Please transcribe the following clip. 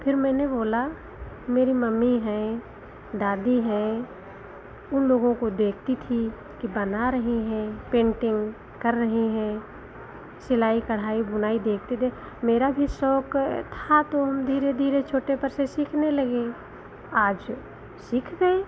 फिर मैंने बोला मेरी मम्मी हैं दादी है उन लोगों को देखती थी कि बना रही हैं पेन्टिंग कर रही हैं सिलाई कढ़ाई बुनाई देखते दे मेरा भी शौक था तो हम धीरे धीरे छोटे पर से सीखने लगे आज सीख गए